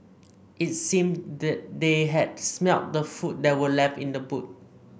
it seemed that they had smelt the food that were left in the boot